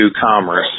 commerce